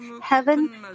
heaven